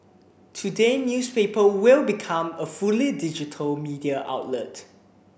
today newspaper will become a fully digital media outlet